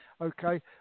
okay